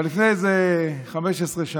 אבל לפני איזה 16-15 שנים,